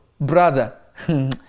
brother